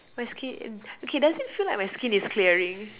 my skin okay doesn't feel like my skin is clearing